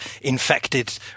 infected